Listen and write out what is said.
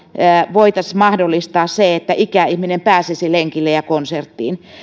voitaisiin mahdollistaa se että ikäihminen pääsisi lenkille ja konserttiin